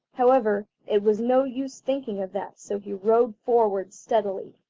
however, it was no use thinking of that, so he rode forward steadily.